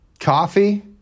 Coffee